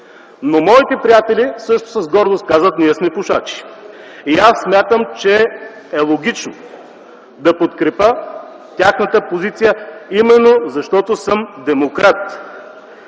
Но моите приятели също с гордост казват: „Ние сме пушачи”. Аз смятам, че е логично да подкрепя тяхната позиция, именно защото съм демократ.